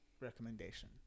recommendation